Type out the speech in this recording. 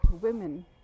women